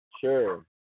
Sure